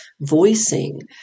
voicing